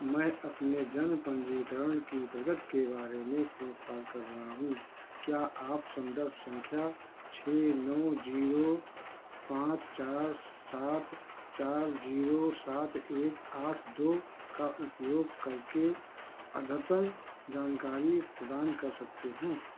मैं अपने जन्म पन्जीकरण की प्रगति के बारे में पूछताछ कर रहा हूँ क्या आप सन्दर्भ सँख्या छह नौ ज़ीरो पाँच चार सात चार ज़ीरो सात एक आठ दो का उपयोग करके अद्यतन जानकारी प्रदान कर सकते हैं